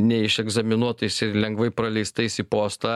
neišegzaminuotais ir lengvai praleistais į postą